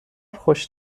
خوش